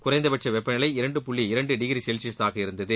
குறைந்தபட்ச வெப்பநிலை இரண்டு புள்ளி இரண்டு டிகிரி செல்சியசாக இருந்தது